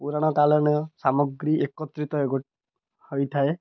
ପୁରାଣ କାଳନୀୟ ସାମଗ୍ରୀ ଏକତ୍ରିତ ହୋଇଥାଏ